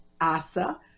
Asa